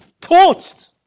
torched